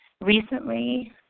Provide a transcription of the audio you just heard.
recently